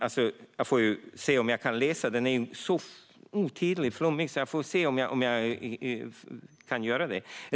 Jag får se om jag kan läsa den, fru talman. Den är så otydlig.